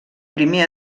primer